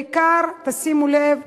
בעיקר, תשימו לב,